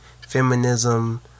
feminism